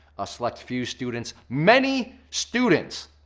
a select few students, many students.